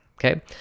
Okay